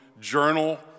journal